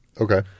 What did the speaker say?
okay